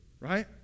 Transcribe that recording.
Right